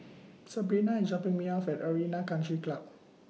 Sabrina IS dropping Me off At Arena Country Club